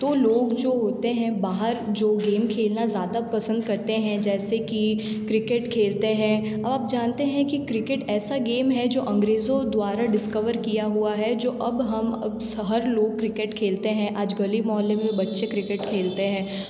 तो लोग जो होते हैं बाहर जो गेम खेलना ज़्यादा पसंद करते हैं जैसे कि क्रिकेट खेलते हैं आप जानते हैं कि क्रिकेट ऐसा गेम है जो अंग्रेज़ों द्वारा डिस्कवर किया हुआ है जो अब हम अब हर लोग क्रिकेट खेलते हैं आज गली मौहल्ले में बच्चे क्रिकेट खेलते हैं